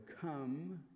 come